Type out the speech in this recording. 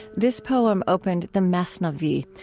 this poem opened the masnavi,